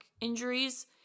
injuries